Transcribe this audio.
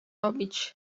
robić